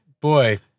boy